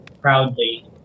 proudly